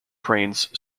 praised